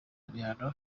ibihano